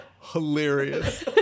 hilarious